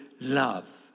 love